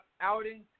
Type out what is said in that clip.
outing